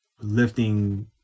lifting